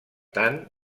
tant